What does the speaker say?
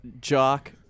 jock